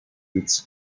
its